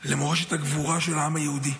למורשת הגבורה של העם היהודי.